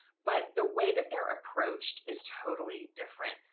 but the way that they're approached is totally different.